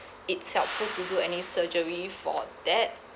it's helpful to do any surgery for that